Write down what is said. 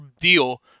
deal